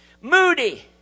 moody